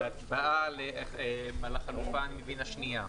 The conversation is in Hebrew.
להצבעה על החלופה, אני מבין, השנייה.